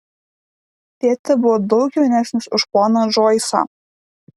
tėtė buvo daug jaunesnis už poną džoisą